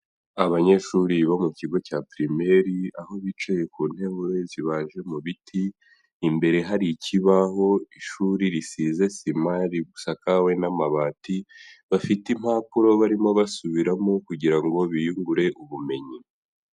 Abanyeshuri bo mu kigo cya primaire aho bicaye ku ntebe zibaje mu biti, imbere hari ikibaho, ishuri risize sima risakawe n'amabati, bafite impapuro barimo basubiramo kugira ngo biyungure ubumenyi.